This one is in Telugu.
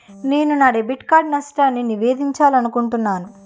నేను నా డెబిట్ కార్డ్ నష్టాన్ని నివేదించాలనుకుంటున్నాను